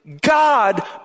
God